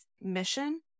mission